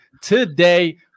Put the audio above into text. today